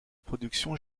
production